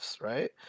right